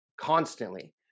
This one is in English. constantly